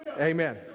Amen